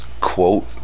quote